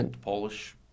Polish